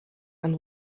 and